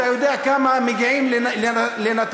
אתה יודע כמה מגיעים לנתב"ג,